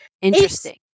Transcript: Interesting